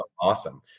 awesome